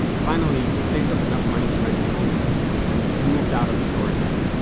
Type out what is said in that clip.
finally, he saved up enough money to rent his own place, and he moved out of the storage room.